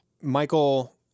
Michael